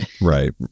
Right